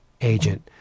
agent